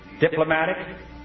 diplomatic